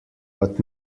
but